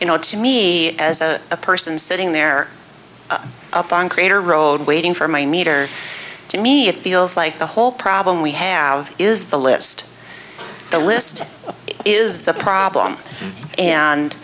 you know it's me as a person sitting there up on crater road waiting for my meter to me it feels like the whole problem we have is the list the list is the problem and